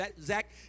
Zach